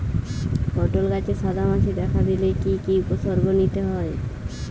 পটল গাছে সাদা মাছি দেখা দিলে কি কি উপসর্গ নিতে হয়?